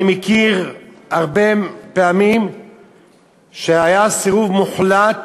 אני מכיר הרבה פעמים שהיה סירוב מוחלט